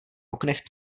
oknech